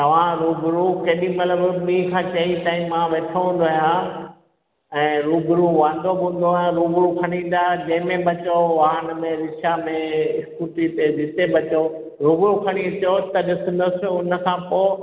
तव्हां रूबरू केॾीमहिल बि ॿीं खां चईं ताईं मां वेठो हूंदो आहियां ऐं रूबरू वांदो बि हूंदो आहियां रूबरू खणी ईंदा जंहिंमें बि तव्हां चओ वाहन में रिक्शा में इस्कूटी ते जिते बि चओ रूबरू खणी अचो त ॾिसंदसि उनखां पोइ